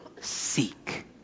seek